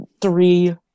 three